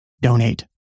donate